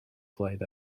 blaid